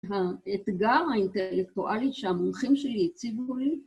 האתגר האינטלקטואלי שהמומחים שלי הציבו לי